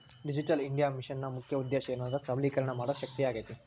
digital India ಮಿಷನ್ನ ಮುಖ್ಯ ಉದ್ದೇಶ ಏನೆಂದ್ರ ಸಬಲೇಕರಣ ಮಾಡೋ ಶಕ್ತಿಯಾಗೇತಿ